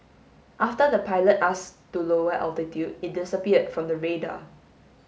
after the pilot ask to lower altitude it disappeared from the radar